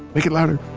make it louder!